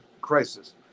crisis